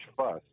fuss